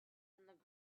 and